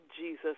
jesus